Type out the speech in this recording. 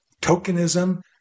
tokenism